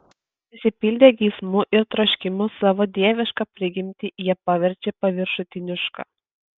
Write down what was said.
prisipildę geismų ir troškimų savo dievišką prigimtį jie paverčia paviršutiniška